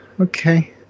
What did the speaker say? Okay